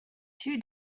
two